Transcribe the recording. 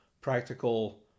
practical